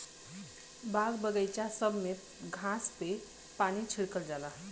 बाग बगइचा सब में घास पे पानी छिड़कल जाला